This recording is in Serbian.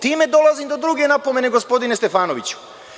Time dolazim do druge napomene, gospodine Stefanoviću.